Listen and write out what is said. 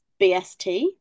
BST